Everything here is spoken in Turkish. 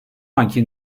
anki